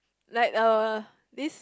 like uh this